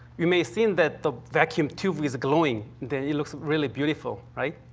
you may see and that the vacuum tube is glowing, that it looks really beautiful, right?